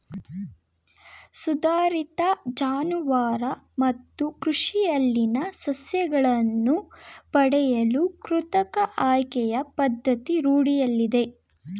ಸುಧಾರಿತ ಜಾನುವಾರು ಮತ್ತು ಕೃಷಿಯಲ್ಲಿನ ಸಸ್ಯಗಳನ್ನು ಪಡೆಯಲು ಕೃತಕ ಆಯ್ಕೆಯ ಪದ್ಧತಿ ರೂಢಿಯಲ್ಲಿದೆ